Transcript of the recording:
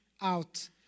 out